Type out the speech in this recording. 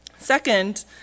Second